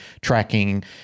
tracking